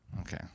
Okay